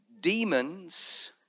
demons